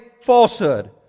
falsehood